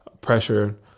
pressure